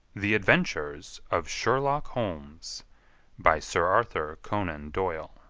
the adventures of sherlock holmes by sir arthur conan doyle